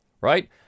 right